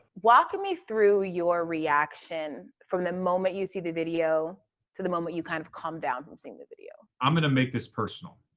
walk me through your reaction from the moment you see the video to the moment you kind of calm down from seeing the video. i'm gonna make this personal.